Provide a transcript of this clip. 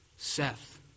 Seth